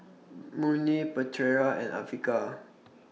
Murni Putera and Afiqah